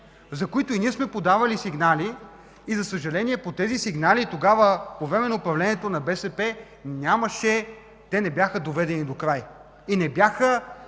за които ние сме подавали сигнали. И за съжаление тези сигнали тогава, по време на управлението на БСП, те не бяха доведени докрай. И не бяха